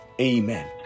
Amen